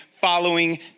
following